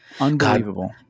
Unbelievable